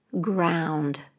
ground